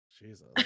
Jesus